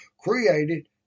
created